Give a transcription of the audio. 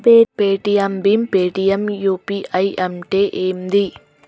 Paytm భీమ్ Paytm UPI అంటే ఏంది?